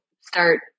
start